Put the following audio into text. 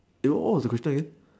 wait what was the question again